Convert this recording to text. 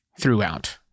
throughout